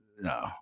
no